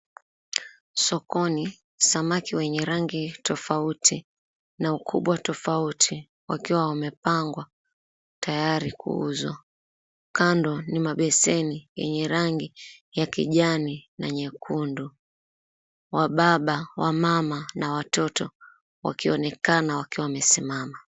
Sokoni samaki wenye rangi tofauti na ukubwa tofauti wakiwa wamepangwa tayari kuuzwa. Kando ni mabeseni yenye rangi ya kijani na nyekundu. Wababa, wamama na watoto wakionekana wakiwa wamesimama.